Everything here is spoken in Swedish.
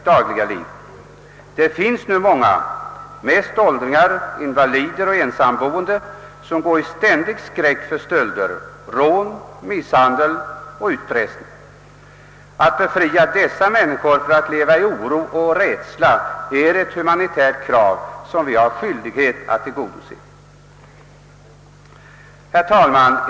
Det finns nu många, mest åldringar, invalider och ensamboende, som går i ständig skräck för stölder, rån, misshandel och utpressning. Att dessa människor befrias från en tillvaro i oro och rädsla är ett humanitärt krav som vi har skyldighet att tillgodose. Herr talman!